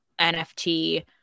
nft